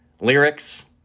lyrics